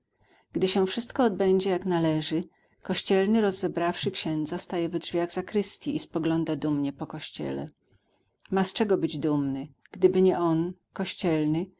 gdy się wszystko odbędzie jak należy kościelny rozebrawszy księdza staje we drzwiach zakrystji i spogląda dumnie po kościele ma z czego być dumnym gdyby nie on kościelny